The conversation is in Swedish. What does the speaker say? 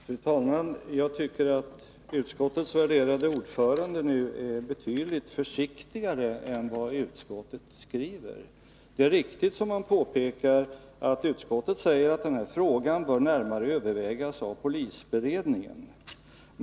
Fru talman! Jag tycker att utskottets värderade ordförande är betydligt försiktigare än vad utskottet är i sin skrivning. Det är riktigt att utskottet säger att frågan bör närmare utredas av polisberedningen.